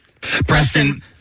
Preston